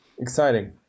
Exciting